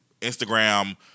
Instagram